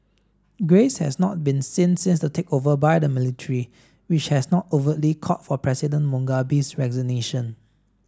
grace has not been seen since the takeover by the military which has not overtly called for President Mugabe's resignation